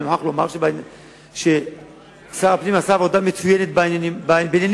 אני מוכרח לומר ששר הפנים עשה עבודה מצוינת בעניינים רבים,